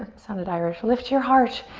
sounded irish. lift your heart.